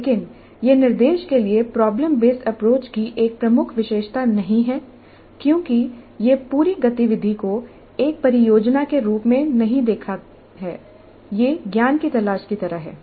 लेकिन यह निर्देश के लिए प्रॉब्लम बेसड अप्रोच की एक प्रमुख विशेषता नहीं है क्योंकि यह पूरी गतिविधि को एक परियोजना के रूप में नहीं देखता है यह ज्ञान की तलाश की तरह है